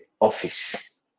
office